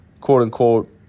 quote-unquote